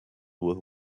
with